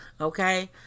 Okay